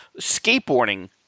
skateboarding